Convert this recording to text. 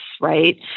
right